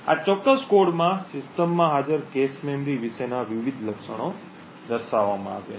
આ ચોક્કસ કોડમાં સિસ્ટમમાં હાજર કૅશ મેમરી વિશેના વિવિધ લક્ષણો દર્શાવવામાં આવ્યા છે